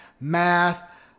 math